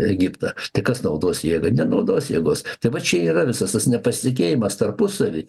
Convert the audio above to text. egiptą tai kas naudos jėgą nenaudos jėgos tai va čia yra visas tas nepasitikėjimas tarpusavy